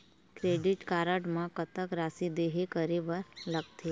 Credit card म कतक राशि देहे करे बर लगथे?